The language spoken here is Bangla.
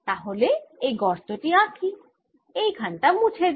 তাহলে এই গর্ত টি আঁকি এখানটা মুছে দিই